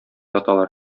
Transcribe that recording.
яталар